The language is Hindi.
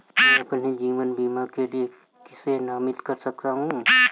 मैं अपने जीवन बीमा के लिए किसे नामित कर सकता हूं?